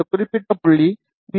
இந்த குறிப்பிட்ட புள்ளி வி